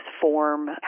form